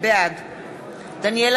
בעד דניאל